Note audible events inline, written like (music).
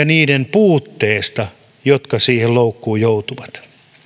(unintelligible) niiden puutteesta niitä ihmisiä jotka siihen loukkuun joutuvat